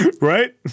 Right